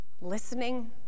listening